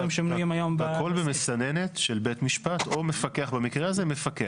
הכל במסננת של בית משפט או מפקח, במקרה הזה מפקח.